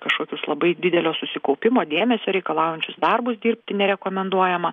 kažkokius labai didelio susikaupimo dėmesio reikalaujančius darbus dirbti nerekomenduojama